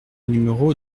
numéro